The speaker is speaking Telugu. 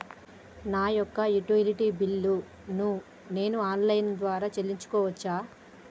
నా యొక్క యుటిలిటీ బిల్లు ను నేను ఆన్ లైన్ ద్వారా చెల్లించొచ్చా?